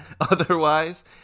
Otherwise